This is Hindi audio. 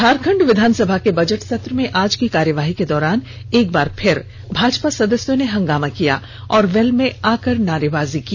झारखंड विधानसभा के बजट सत्र में आज की कार्यवाही के दौरान एक बार फिर भाजपा सदस्यों ने हंगामा किया और वेल में आकर नारेबाजी की